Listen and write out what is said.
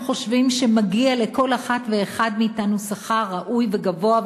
גם חושבים שמגיע לכל אחת ואחד מאתנו שכר ראוי וגבוה,